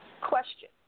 Question